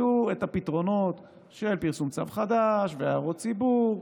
יהיו הפתרונות של פרסום צו חדש והערות ציבור,